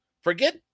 forget